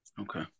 Okay